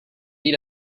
eat